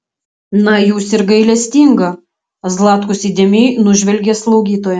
na jūs ir gailestinga zlatkus įdėmiai nužvelgė slaugytoją